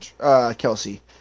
Kelsey